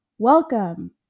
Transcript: Welcome